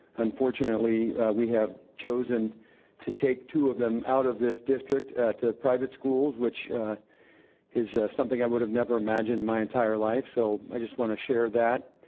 unfortunately, we have chosen to take two of them out of this district to private schools which is something i would've never imagined in my entire life. so i just wanna share that.